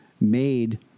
made